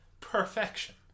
Perfection